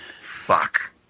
Fuck